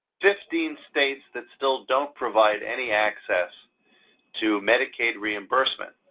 fifteen states that still don't provide any access to medicaid reimbursement.